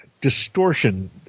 distortion